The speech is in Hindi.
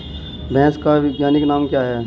भैंस का वैज्ञानिक नाम क्या है?